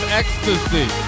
ecstasy